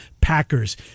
Packers